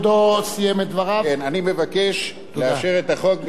אני מבקש לאשר את החוק בקריאה טרומית, רבותי.